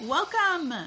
Welcome